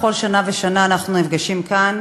בכל שנה ושנה אנחנו נפגשים כאן,